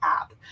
app